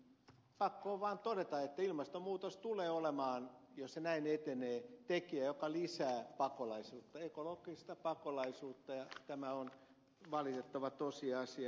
pakko on vaan todeta että ilmastonmuutos jos se näin etenee tulee olemaan tekijä joka lisää pakolaisuutta ekologista pakolaisuutta ja tämä on valitettava tosiasia